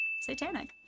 satanic